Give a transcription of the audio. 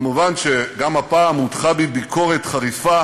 מובן שגם הפעם הוטחה בי ביקורת חריפה